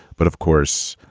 but of course,